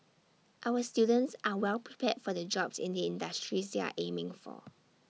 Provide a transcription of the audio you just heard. our students are well prepared for the jobs in the industries they are aiming for